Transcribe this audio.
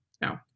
No